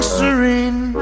serene